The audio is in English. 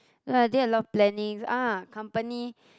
no I did a lot of plannings ah company